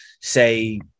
say –